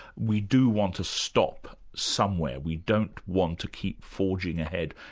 we do want to stop somewhere, we don't want to keep forging ahead,